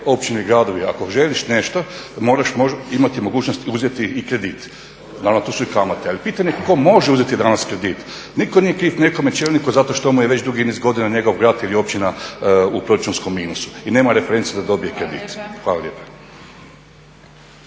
općine i gradovi ako želiš nešto moraš imati mogućnosti uzeti i kredit. Naravno tu su i kamate, ali pitanje je tko može uzeti danas kredit. Nitko nije kriv nekome čelniku zato što mu je već dugi niz godina njegov grad ili općina u proračunskom minusu i nema reference da dobije kredit. Hvala lijepa.